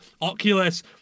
Oculus